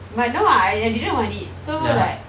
but no ah I I didn't want it so like